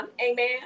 Amen